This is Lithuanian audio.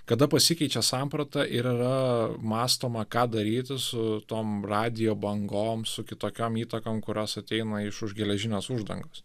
kada pasikeičia samprata ir yra mąstoma ką daryti su tom radijo bangom su kitokiom įtakom konkuruos ateina iš už geležinės uždangos